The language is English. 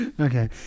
Okay